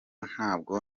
ntabwo